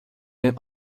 dem